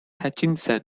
hutchinson